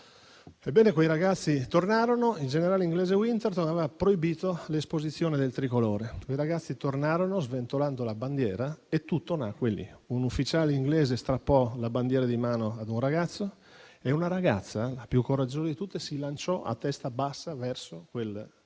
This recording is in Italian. Ebbene, quei ragazzi tornarono e il generale inglese Winterton aveva proibito l'esposizione del Tricolore. I ragazzi tornarono sventolando la bandiera e tutto nacque lì. Un ufficiale inglese strappò la bandiera di mano ad un ragazzo e una ragazza, la più coraggiosa di tutte, si lanciò a testa bassa verso quel colonnello